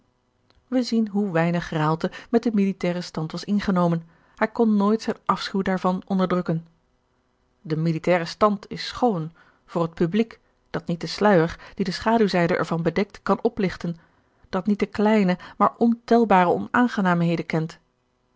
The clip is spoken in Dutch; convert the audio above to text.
wij zien hoe weinig raalte met den militairen stand was ingenomen hij kon nooit zijn afschuw daarvan onderdrukken de militaire stand is schoon voor het publiek dat niet den sluijer die de schaduwzijde ervan bedekt kan opligten dat niet de kleine maar ontelbare onaangenaamheden kent